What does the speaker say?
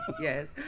yes